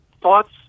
thoughts